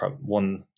one